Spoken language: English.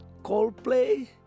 Coldplay